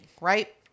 right